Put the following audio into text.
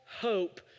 hope